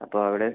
അപ്പോൾ അവിടെ